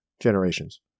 generations